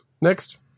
Next